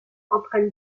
entraîne